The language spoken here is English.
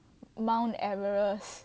mount everest